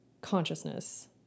consciousness